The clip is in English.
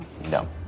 No